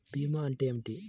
భీమా అంటే ఏమిటి?